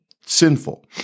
sinful